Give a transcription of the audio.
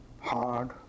hard